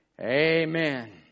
Amen